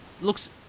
looks